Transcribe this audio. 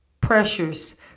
pressures